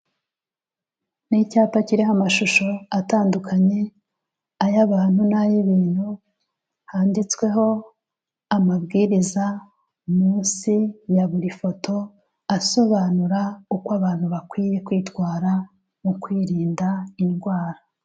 Ni icyapa kiriho amashusho atandukanye ay'abantu n'ay'ibintu, handitsweho amabwiriza munsi ya buri foto asobanura uko abantu bakwiye kwitwara mu kwirinda indwara.